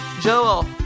joel